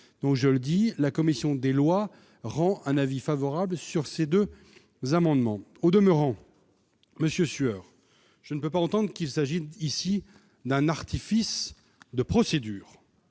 donc je le dis, la commission des lois, rend un avis favorable sur ces 2 amendements au demeurant monsieur Sueur je ne peux pas entendre qu'il s'agit ici d'un artifice de procédure,